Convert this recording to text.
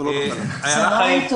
איילה חיים,